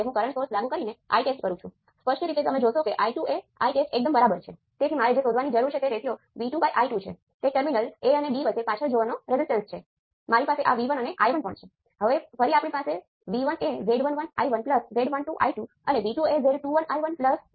તેથી સ્પષ્ટપણે y12 y21 અને આ એક રેઝિસ્ટિવ નેટવર્ક છે જેમાં કંટ્રોલ સોર્સ નો સમાવેશ થાય છે અને તમારી પાસે રેઝિસ્ટર અને ચાલુ પણ હોઈ શકે છે